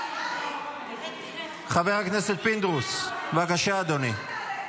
חבר הכנסת פינדרוס, בבקשה, אדוני.